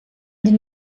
den